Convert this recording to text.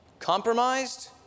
compromised